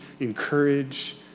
encourage